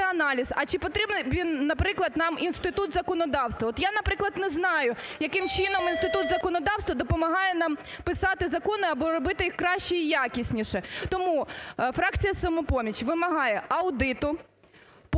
а чи потрібний, наприклад, нам Інститут законодавства. От, я, наприклад, не знаю, яким чином Інститут законодавства допомагає нам писати закони або робити їх краще і якісніше. Тому фракція "Самопоміч" вимагає аудиту повного